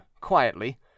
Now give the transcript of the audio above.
quietly